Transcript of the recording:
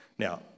Now